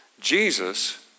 Jesus